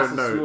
no